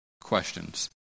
questions